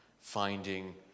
finding